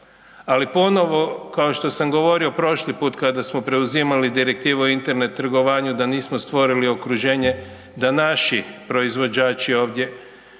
ali ponovo, kao što sam govorio prošli put kada smo preuzimali Direktivu o Internet trgovanju da nismo stvorili okruženje da naši proizvođači ovdje